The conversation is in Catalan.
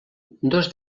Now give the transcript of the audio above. dos